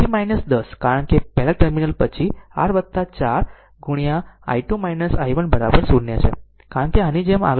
પછી 10 કારણ કે પહેલા ટર્મિનલ પછી r 4 ગુણ્યા i2 i1 0 છે કારણ કે આની જેમ આગળ વધી રહ્યા છે